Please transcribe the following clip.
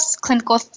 clinical